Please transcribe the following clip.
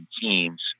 teams